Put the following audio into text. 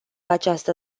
această